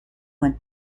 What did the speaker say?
went